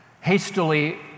Hastily